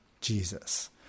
Jesus